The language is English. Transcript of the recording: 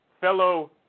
fellow